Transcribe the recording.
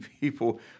people